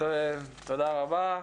תודה רבה.